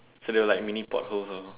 so they're like mini potholes ah